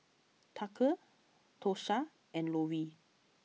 Tucker Tosha and Lovie